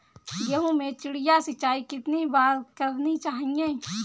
गेहूँ में चिड़िया सिंचाई कितनी बार करनी चाहिए?